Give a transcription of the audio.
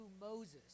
Moses